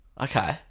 Okay